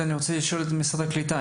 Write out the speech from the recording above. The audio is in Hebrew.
נציגי משרד הקליטה,